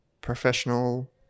professional